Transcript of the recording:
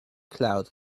cloud